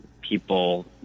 people